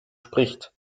spricht